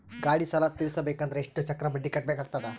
ಗಾಡಿ ಸಾಲ ತಿರಸಬೇಕಂದರ ಎಷ್ಟ ಚಕ್ರ ಬಡ್ಡಿ ಕಟ್ಟಬೇಕಾಗತದ?